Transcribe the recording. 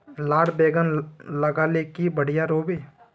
लार बैगन लगाले की बढ़िया रोहबे?